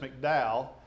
McDowell